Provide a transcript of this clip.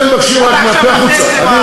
אני שוחחתי עם הח"כים הערבים,